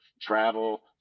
Travel